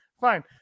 fine